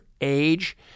age